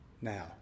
now